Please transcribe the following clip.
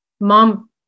mom